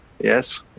yes